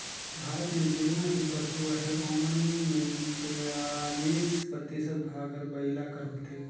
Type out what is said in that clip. भारत में जेतना भी पसु अहें ओमन में बियालीस परतिसत भाग हर बइला कर होथे